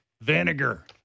Vinegar